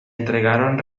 entregaron